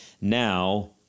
now